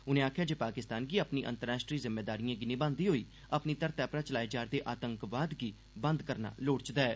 उनें आखेआ जे पाकिस्तान गी अपनी अंतर्राष्ट्री जिम्मेदारिएं गी निभांदे होई अपनी धरतै परा चलाए जा'रदे आतंकवाद गी रोकना लोड़चदा ऐ